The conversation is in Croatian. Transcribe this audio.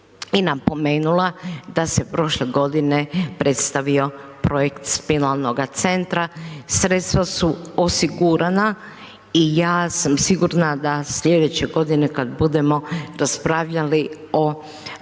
i napomenula, da se prošle godine predstavio projekt spinalnoga centra, sredstva su osigurana i ja sam sigurna, da sljedeće godine, kada budemo raspravljali, o